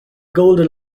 golden